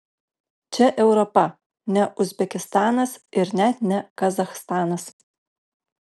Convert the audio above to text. čia europa ne uzbekistanas ir net ne kazachstanas